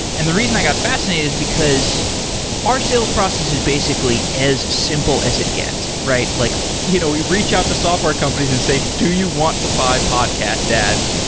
and the reason i got fascinated is because our sales process is basically as simple as it gets, right? like you know we reach out to software companies and say, do you want to buy podcast ads?